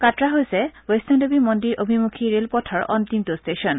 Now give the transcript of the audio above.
কাটৰা হৈছে বৈষ্ণোদেৱী মন্দিৰ অভিমুখি ৰেলপথৰ অন্তিমটো টে্টেচন